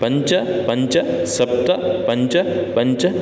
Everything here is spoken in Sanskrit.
पञ्च पञ्च सप्त पञ्च पञ्च